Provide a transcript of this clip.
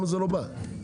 לא מבין את העניין.